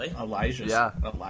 Elijah